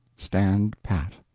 stand pat.